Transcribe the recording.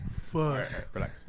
Fuck